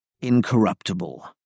incorruptible